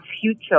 future